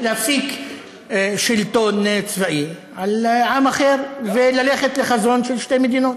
להפסיק שלטון צבאי על עם אחר וללכת לחזון של שתי מדינות,